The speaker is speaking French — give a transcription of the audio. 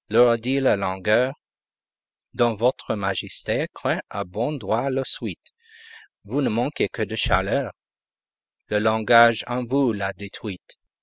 la langueur dont votre majesté craint à bon droit la suite vous ne manquez que de chaleur le long âge en vous l'a détruite